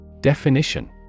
Definition